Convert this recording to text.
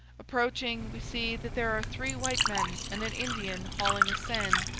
approaching, we see that there are three white men and an indian hauling a seine,